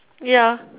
ya